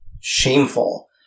shameful